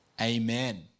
Amen